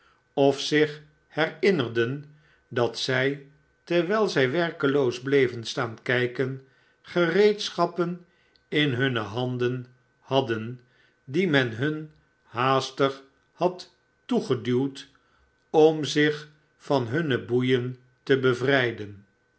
of zich herinnerden dat zij terwijl zij werkeloos bleven staan kijken gereedschappen in hunne handen hadden die men hun haastig had toegeduwd om zich van hunne boeien te bevrijden